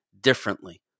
differently